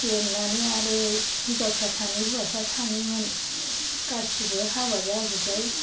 देरनानै आरो हिनजावसा सानै हौवासा सानैमोन गासैबो हाबा जाजोब्बाय